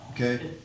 Okay